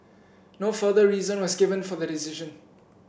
no further reason was given for the decision